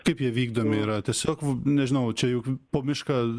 kaip jie vykdomi yra tiesiog nežinau čia juk po mišką